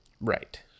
Right